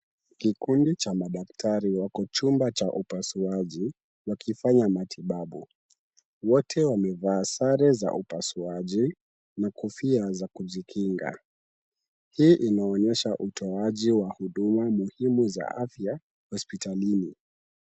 Kikundi cha madaktari wako chumba cha upasuaji wakifanya matibabu . Wote wamevaa sare za upasuaji na kofia za kujikinga. Hii inaonyesha utoaji wa huduma muhimu za afya hospitalini.